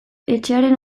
etxearen